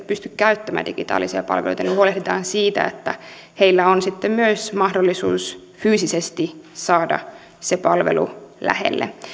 pysty käyttämään digitaalisia palveluita huolehditaan siitä että heillä on myös mahdollisuus fyysisesti saada se palvelu lähelle